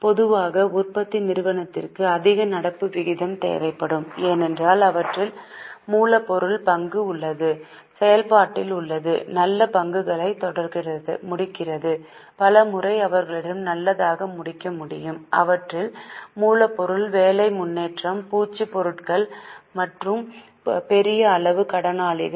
பொதுவாக உற்பத்தி நிறுவனத்திற்கு அதிக நடப்பு விகிதம் தேவைப்படும் ஏனென்றால் அவற்றில் மூலப்பொருள் பங்கு உள்ளது செயல்பாட்டில் உள்ளது நல்ல பங்குகளை முடிக்கிறது பல முறை அவர்களிடம் நல்லதாக முடிக்க முடியும் அவற்றில் மூலப்பொருள் வேலை முன்னேற்றம் பூச்சு பொருட்கள் மற்றும் பெரிய அளவு கடனாளிகள்